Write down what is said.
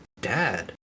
dad